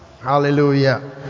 hallelujah